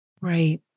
Right